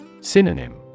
Synonym